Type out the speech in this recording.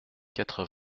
quatre